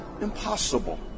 impossible